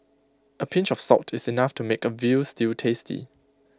A pinch of salt is enough to make A Veal Stew tasty